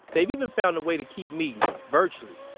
they've even found a way to keep meeting, virtually,